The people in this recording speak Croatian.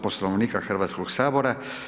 Poslovnika Hrvatskog sabora.